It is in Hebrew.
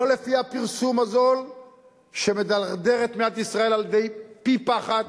לא לפי הפרסום הזול שמדרדר את מדינת ישראל לעברי פי פחת,